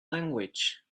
language